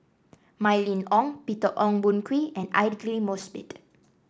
Mylene Ong Peter Ong Boon Kwee and Aidli Mosbit